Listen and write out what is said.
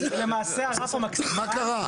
למעשה הרף לא נאשר תחנות.